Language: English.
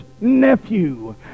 nephew